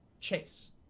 Chase